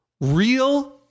real